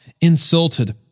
insulted